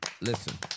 Listen